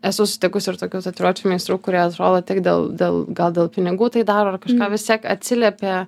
esu sutikusi ir tokių tatuiruočių meistrų kurie atrodo tik dėl dėl gal dėl pinigų tai daro ar kažką vis tiek atsiliepė